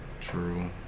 true